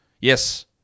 Yes